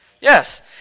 yes